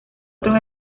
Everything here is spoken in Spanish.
otros